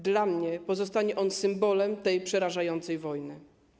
Dla mnie pozostanie on symbolem tej przerażającej wojny.